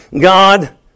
God